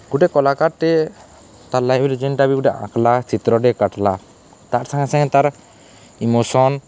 ଗୁଟେ କଲାକାର୍ଟେ ତାର୍ ଲାଇଫ୍ରେ ଯେନ୍ଟା ବି ଗୁଟେ ଆଙ୍କ୍ଲା ଚିତ୍ରଟେ କାଟ୍ଲା ତାର୍ ସାଙ୍ଗେ ସାଙ୍ଗେ ତାର୍ ଇମୋସନ୍